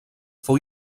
fou